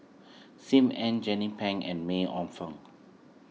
Sim Ann Jernnine Pang and May Ooi Fong